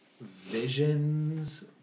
visions